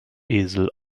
esel